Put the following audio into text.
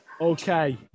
Okay